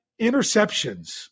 interceptions